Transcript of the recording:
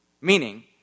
Meaning